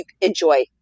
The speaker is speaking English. enjoy